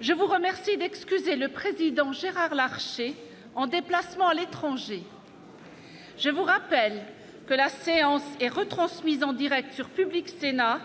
Je vous remercie d'excuser le président Gérard Larché, en déplacement à l'étranger, je vous rappelle que la séance est retransmise en Direct sur Public Sénat